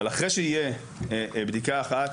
אבל אחרי שיהיה בדיקה אחת,